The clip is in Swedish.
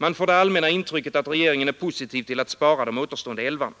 Man får det allmänna intrycket att regeringen är positiv till att spara de återstående älvarna.